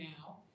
now